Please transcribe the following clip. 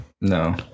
No